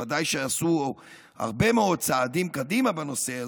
אך ודאי שעשו הרבה מאוד צעדים קדימה בנושא הזה,